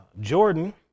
Jordan